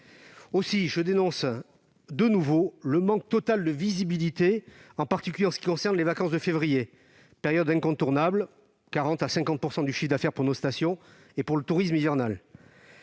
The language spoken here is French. Aussi, je dénonce de nouveau le manque total de visibilité, en particulier en ce qui concerne les vacances de février, période incontournable qui correspond à 40 % à 50 % du chiffre d'affaires pour nos stations et pour le tourisme hivernal.